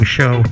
Show